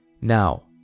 Now